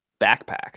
backpack